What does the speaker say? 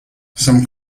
some